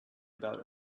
about